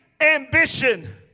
ambition